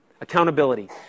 Accountability